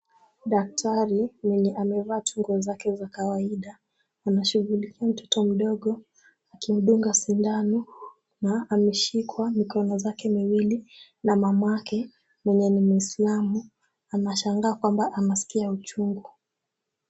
Daktari, mwenye amevaa tu nguo zake za kawaida. Ana shughulikia mtoto mdogo, akimdunga sindano. Na ameshikwa mikono zake miwili na mamake, mwenye ni muislamu, anashangaa kwamba anasikia uchungu.